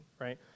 right